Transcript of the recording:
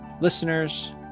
listeners